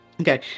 Okay